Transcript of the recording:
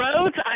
roads